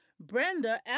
Brenda